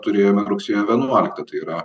turėjome rugsėjo vienuoliktą tai yra